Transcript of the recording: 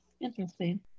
Interesting